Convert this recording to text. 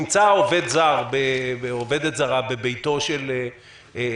נמצא עובד זר או עובדת שרה בביתו של מטופל,